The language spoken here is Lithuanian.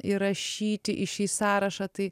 įrašyti į šį sąrašą tai